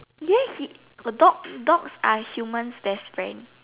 yeah he dog dogs are humans best friends